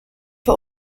for